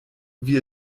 wie